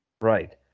Right